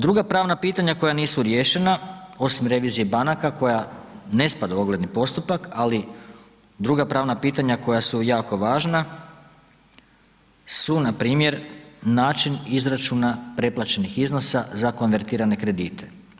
Druga pravna pitanja koja nisu riješena osim revizije banaka koja ne spada u ogledni postupak, ali druga pravna pitanja koja su jako važna su npr. način izračuna preplaćenih iznosa za konvertirane kredite.